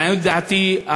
לעניות דעתי,